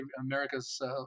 America's